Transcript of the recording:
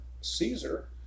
Caesar